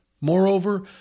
Moreover